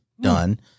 done